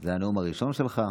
זה הנאום הראשון שלך,